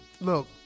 look